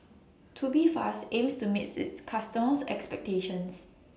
Tubifast aims to meet its customers' expectations